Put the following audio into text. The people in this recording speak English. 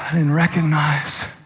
and recognize.